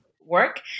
work